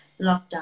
lockdown